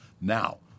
Now